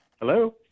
Hello